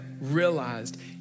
realized